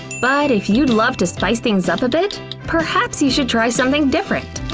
but if you'd love to spice things up a bit perhaps you should try something different!